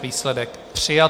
Výsledek: přijato.